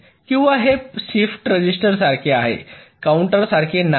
किंवा हे शिफ्ट रेजिस्टरसारखे आहे काउंटरसारखे नाही